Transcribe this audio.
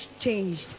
changed